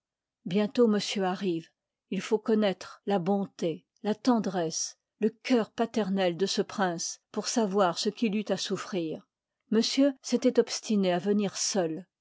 bientôt monsieur arrive il faut connoître la bonté la tendresse le cœur paternel de ce prince pour savoir ce qu'il eut à souffrir monsieur s'étoit obstiné à venir seul